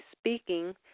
speaking